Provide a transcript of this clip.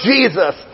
Jesus